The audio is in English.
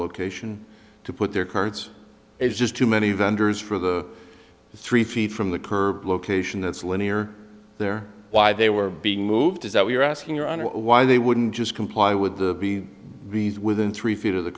location to put their cards it's just too many vendors for the three feet from the curb location that's linear there why they were being moved is that we're asking your honor why they wouldn't just comply with the be within three feet of the